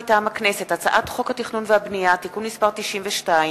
מטעם הכנסת: הצעת חוק התכנון והבנייה (תיקון מס' 92)